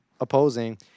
opposing